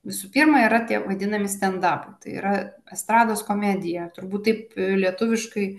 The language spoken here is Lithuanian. visų pirma yra tie vadinami stendapai tai yra estrados komedija turbūt taip lietuviškai